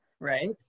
right